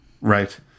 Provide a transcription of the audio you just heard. Right